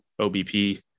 OBP